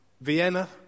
Vienna